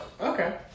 Okay